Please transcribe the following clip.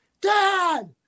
dad